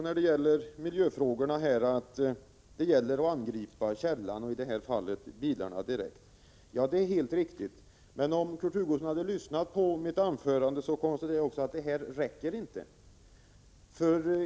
När det gäller miljöfrågorna säger Kurt Hugosson att det gäller att angripa källan, i det här fallet bilarna, direkt. Ja, det är helt riktigt. Men om Kurt Hugosson hade lyssnat på mitt anförande, hade han hört att jag också konstaterade att det inte räcker.